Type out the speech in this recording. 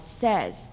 says